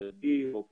חרדי או לא.